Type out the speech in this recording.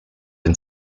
and